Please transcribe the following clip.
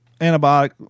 antibiotic –